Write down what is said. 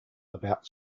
about